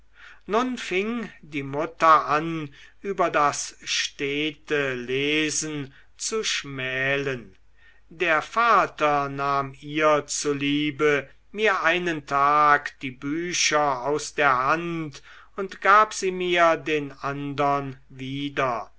nun fing die mutter an über das stete lesen zu schmälen der vater nahm ihr zuliebe mir einen tag die bücher aus der hand und gab sie mir den andern wieder